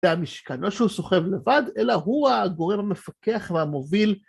זה המשכן, לא שהוא סוחב לבד, אלא הוא הגורם המפקח והמוביל.